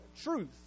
truth